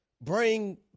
bring